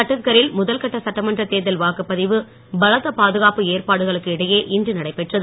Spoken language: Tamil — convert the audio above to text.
சட்டீஸ்கரில் முதல் கட்ட சட்டமன்ற தேர்தல் வாக்குப்பதிவு பலத்த பாதுகாப்பு ஏற்பாடுகளுக்கு இடையே இன்று நடைபெற்றது